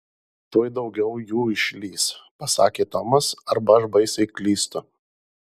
tuoj daugiau jų išlįs pasakė tomas arba aš baisiai klystu